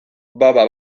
baba